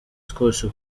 twose